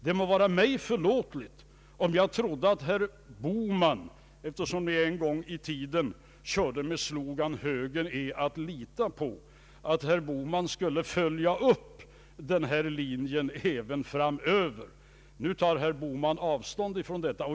Det må vara förlåtligt om jag trodde att herr Bohman, eftersom ni en gång i tiden körde med en slogan om att högern är att lita på, skulle följa denna linje även framöver. Men nu tar herr Bohman avstånd därifrån.